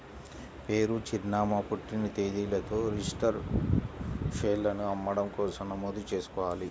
పేరు, చిరునామా, పుట్టిన తేదీలతో రిజిస్టర్డ్ షేర్లను అమ్మడం కోసం నమోదు చేసుకోవాలి